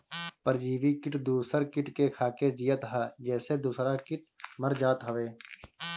परजीवी किट दूसर किट के खाके जियत हअ जेसे दूसरा किट मर जात हवे